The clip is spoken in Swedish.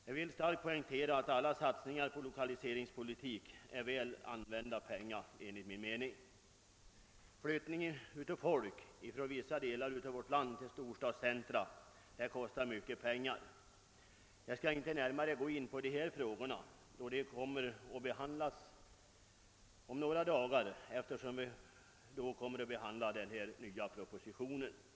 Jag vill starkt poängtera att alla satsningar på lokaliseringspolitik enligt min mening är väl använda medel. Flyttning av folk från vissa delar av vårt land till storstadscentra kostar mycket pengar. Jag skall emellertid inte närmare gå in på dessa frågor nu, eftersom de kommer att behandlas om några dagar, då vi skall diskutera den nyligen framlagda propositionen i ärendet.